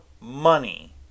money